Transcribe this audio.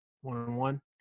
one-on-one